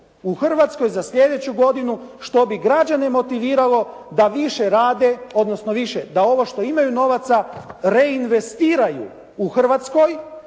u Hrvatskoj za sljedeću godinu što bi građane motiviralo da više rade odnosno više, da ovo što imaju novaca reinvestiraju u Hrvatskoj